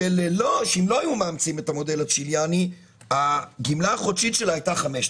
שאם לא היו מאמצים את המודל הצ'יליאני הגמלה החודשית שלה הייתה 5,000,